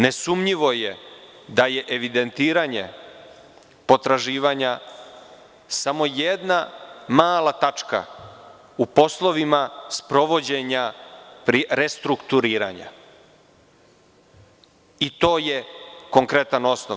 Nesumnjivo je da je evidentiranje potraživanja samo jedna mala tačka u poslovima sprovođenja prirestrukturiranja i to je konkretan osnov.